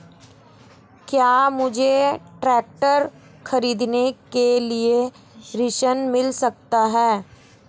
क्या मुझे ट्रैक्टर खरीदने के लिए ऋण मिल सकता है?